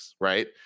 right